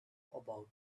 about